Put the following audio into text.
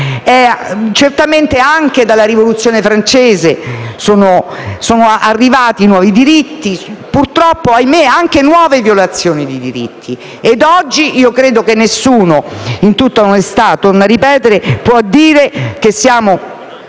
Certamente anche dalla Rivoluzione francese sono arrivati nuovi diritti e, purtroppo - ahimè - anche nuove violazioni di diritti. Oggi credo che nessuno, in tutta onestà, possa dire che siamo